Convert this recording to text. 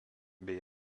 bei